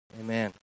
amen